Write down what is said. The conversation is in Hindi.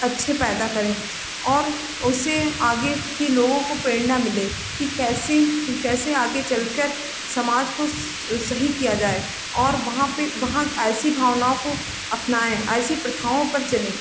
अच्छे पैदा करें और उससे आगे के लोगों को प्रेरणा मिले कि कैसे कैसे आगे चलकर समाज को सही किया जाए और वहाँ पर वहाँ ऐसी भावनाओं को अपनाएँ ऐसी प्रथाओं पर चलें